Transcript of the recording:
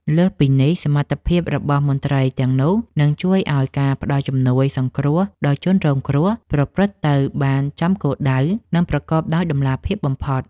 លើសពីនេះ សមត្ថភាពរបស់មន្ត្រីទាំងនោះ នឹងជួយឱ្យការផ្ដល់ជំនួយសង្គ្រោះដល់ជនរងគ្រោះប្រព្រឹត្តទៅបានចំគោលដៅ និងប្រកបដោយតម្លាភាពបំផុត។